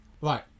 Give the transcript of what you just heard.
Right